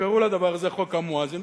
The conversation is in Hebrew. שקראו לדבר הזה "חוק המואזין",